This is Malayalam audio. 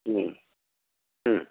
മ്മ് മ്മ്